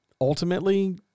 ultimately